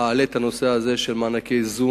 אעלה את הנושא הזה של מענקי האיזון,